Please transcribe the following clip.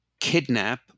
Kidnap